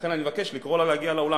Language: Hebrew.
לכן אני מבקש לקרוא לה להגיע לאולם,